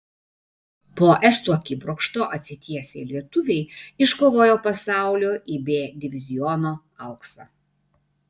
po estų akibrokšto atsitiesę lietuviai iškovojo pasaulio ib diviziono auksą